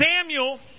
Samuel